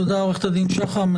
תודה, עורכת הדין שחם.